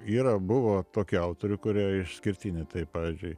yra buvo tokių autorių kurie išskirtiniai tai pavyzdžiui